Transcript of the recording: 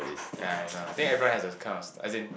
ya I know I think everyone has a kind of st~ as in